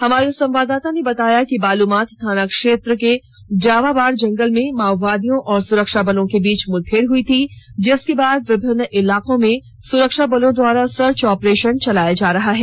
हमारे संवाददाता ने बताया कि बालूमाथ थाना क्षेत्र जावाबाड़ जंगल में माओवादियों और सुरक्षा बलों के बीच मुठभेड़ हुई थी जिसके बाद विभिन्न इलाकों में सुरक्षा बलों द्वारा सर्च ऑपरे ान चलाया जा रहा है